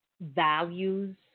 values